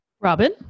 Robin